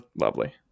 lovely